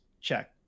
check